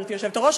גברתי היושבת-ראש,